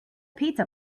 pizza